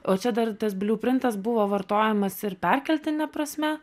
o čia dar tas bliuprintas buvo vartojamas ir perkeltine prasme